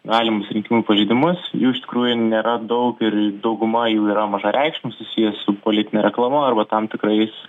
galimus rinkimų pažeidimus jų iš tikrųjų nėra daug ir dauguma jų yra mažareikšmiai susiję su politine reklama arba tam tikrais